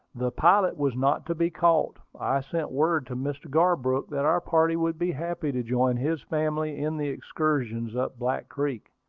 the pilot was not to be caught. i sent word to mr. garbrook that our party would be happy to join his family in the excursion up black creek,